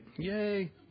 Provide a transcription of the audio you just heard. Yay